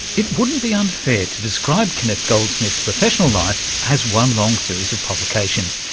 it wouldn't be unfair to describe kenneth goldsmith's professional life as one long series of provocations.